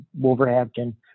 Wolverhampton